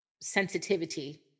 sensitivity